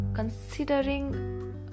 Considering